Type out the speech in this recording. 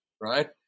right